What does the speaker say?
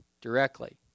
directly